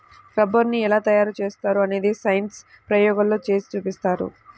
రబ్బరుని ఎలా తయారు చేస్తారో అనేది సైన్స్ ప్రయోగాల్లో చేసి చూపిస్తారు